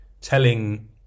telling